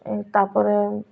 ତାପରେ